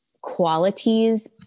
qualities